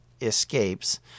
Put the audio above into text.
escapes